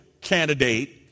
candidate